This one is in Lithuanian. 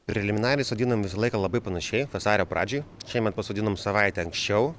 preliminariai sodinam visą laiką labai panašiai vasario pradžioj šiemet pasodinom savaitę anksčiau